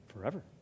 forever